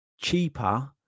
cheaper